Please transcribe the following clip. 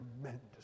tremendous